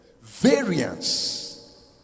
variance